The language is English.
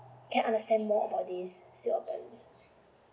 can I understand more about this sales of balance